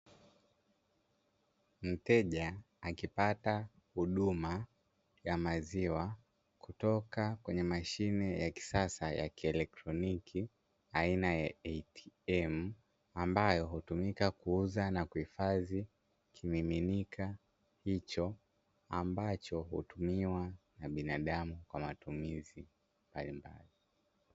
Mteja akipata huduma ya maziwa kutoka kwenye mashine ya kisasa ya kieletroniki aina ya "ATM", ambayo hutumika kuuza na kuhifazi kimiinika hicho ambacho hutumiwa na binadamu kwa matumizi mbalimbali.